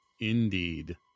Indeed